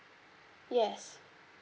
yes